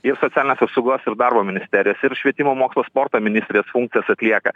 ir socialinės apsaugos ir darbo ministerijos ir švietimo mokslo sporto ministrės funkcijas atlieka